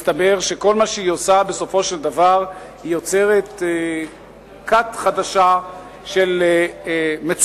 מסתבר שכל מה שהיא עושה בסופו של דבר זה שהיא יוצרת כת חדשה של מצורעים,